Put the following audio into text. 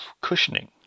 cushioning